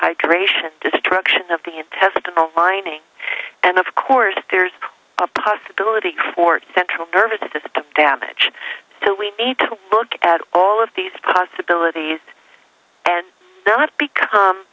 dehydration destruction of the intestinal lining and of course there's a possibility for central nervous system damage so we need to look at all of these possibilities and not be